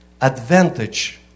advantage